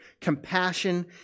Compassion